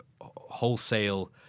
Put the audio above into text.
wholesale